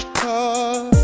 car